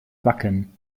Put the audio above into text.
wacken